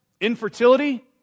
infertility